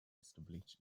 established